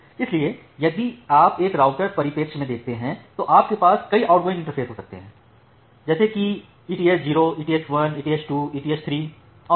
इसलिए यदि आप एक राउटर परिप्रेक्ष्य में देखते हैं तो आपके पास कई आउटगोइंग इंटरफेस हो सकते हैं जैसे कि eth 0 eth 1 eth 2 eth 3 और अन्य